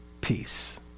Peace